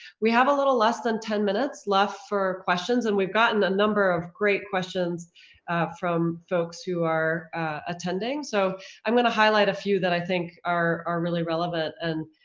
we have a little less than ten minutes left for questions, and we've gotten a number of great questions from folks who are attending. so i'm gonna highlight a few that i think are are really relevant. and